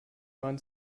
wand